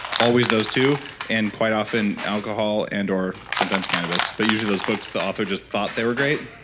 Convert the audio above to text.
always those two and, quite often, alcohol and or sometimes cannabis but usually those books the author just thought they were great